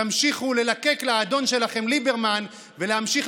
תמשיכו ללקק לאדון שלכם ליברמן ותמשיכו